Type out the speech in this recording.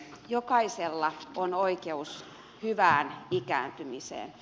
jokaisella on oikeus hyvään ikääntymiseen